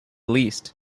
least